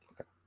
Okay